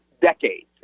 decades